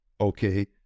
Okay